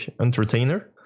entertainer